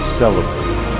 celebrate